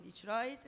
Detroit